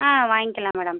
ஆ வாங்கிலாம் மேடம்